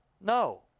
No